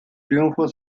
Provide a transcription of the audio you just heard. triunfo